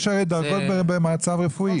הרי יש דרגות במצב רפואי.